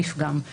כי